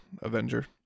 Avenger